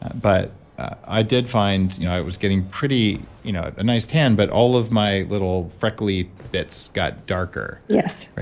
but i did find you know i was getting a you know nice tan but all of my little freckly bits got darker yes right,